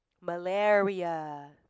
malaria